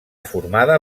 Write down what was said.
formada